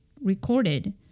recorded